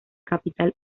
capital